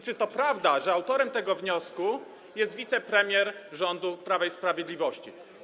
Czy to prawda, że autorem tego wniosku jest wicepremier rządu Prawa i Sprawiedliwości.